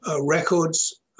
records